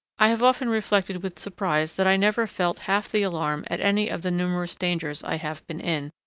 i have often reflected with surprise that i never felt half the alarm at any of the numerous dangers i have been in,